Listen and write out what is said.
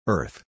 Earth